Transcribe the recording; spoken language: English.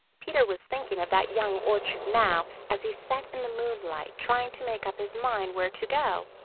peter was thinking of that young orchard now, as he sat in the moonlight trying to make up his mind where to go.